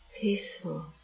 peaceful